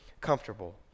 comfortable